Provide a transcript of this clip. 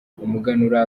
umuganura